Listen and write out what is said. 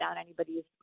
anybody's